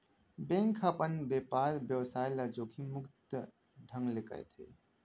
bank ह अपन बेपार बेवसाय ल जोखिम मुक्त ढंग ले करथे